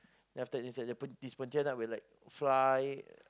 then after that is like the pon~ this pontianak will be like fly